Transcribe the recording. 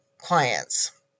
clients